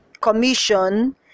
commission